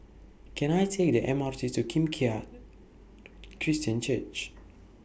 Can I Take The M R T to Kim Keat Christian Church